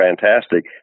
fantastic